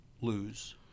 lose